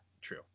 True